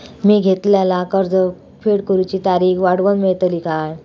मी घेतलाला कर्ज फेड करूची तारिक वाढवन मेलतली काय?